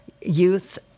youth